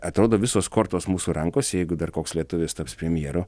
atrodo visos kortos mūsų rankose jeigu dar koks lietuvis taps premjeru